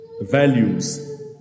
values